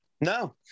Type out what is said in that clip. No